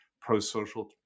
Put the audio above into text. pro-social